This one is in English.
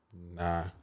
nah